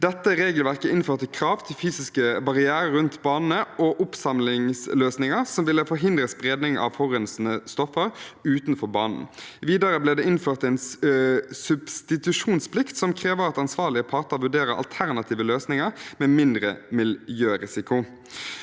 Dette regelverket innførte krav til fysiske barrierer rundt banene og oppsamlingsløsninger som ville forhindre spredning av forurensende stoffer utenfor banen. Videre ble det innført en substitusjonsplikt som krever at ansvarlige parter vurderer alternative løsninger med mindre miljørisiko.